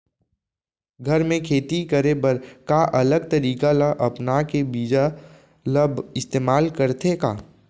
घर मे खेती करे बर का अलग तरीका ला अपना के बीज ला इस्तेमाल करथें का?